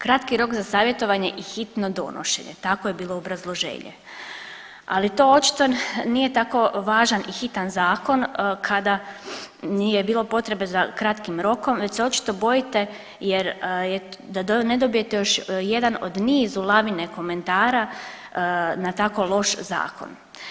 Kratki rok za savjetovanje i hitno donošenje, tako je bilo obrazloženje, ali to očito nije tako važan i hitan zakon kada nije bilo potrebe za kratkim rokom, već se očito bojite jer je, da ne dobijete još jedan od u nizu lavine komentara na tako loš zakon.